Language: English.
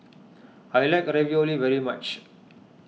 I like Ravioli very much